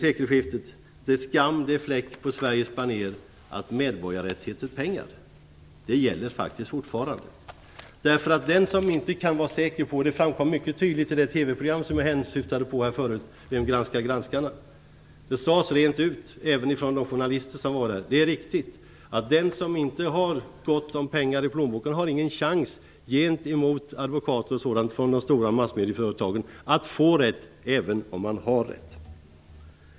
Det är skam, det är fläck på Sveriges banér att medborgarrätt heter pengar. Detta framkom mycket tydligt i det TV-program som jag nämnde förut, Vem granskar granskarna. Det sades rent ut, även av de journalister som var där, att det är riktigt att den som inte har gott om pengar i plånboken inte har någon chans att få rätt gentemot advokater från de stora massmedieföretagen även om man har rätt.